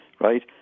right